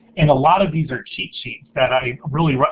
and a lot of these are cheat sheets that i really,